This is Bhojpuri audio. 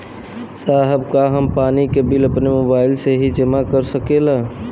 साहब का हम पानी के बिल अपने मोबाइल से ही जमा कर सकेला?